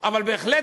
אבל בהחלט,